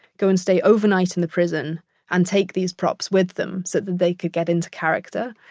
go and stay overnight in the prison and take these props with them so that they could get into character.